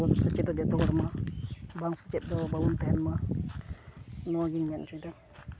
ᱚᱞ ᱥᱮᱪᱮᱫ ᱡᱚᱛᱚ ᱦᱚᱲ ᱢᱟ ᱵᱟᱝ ᱥᱮᱪᱮᱫ ᱢᱟ ᱵᱟᱵᱚᱱ ᱛᱟᱦᱮᱱ ᱢᱟ ᱱᱚᱣᱟ ᱜᱮᱧ ᱢᱮᱱ ᱚᱪᱚᱭᱮᱫᱟ